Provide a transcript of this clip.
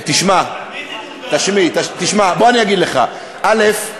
תשמע, בוא ואגיד לך: א.